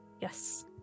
Yes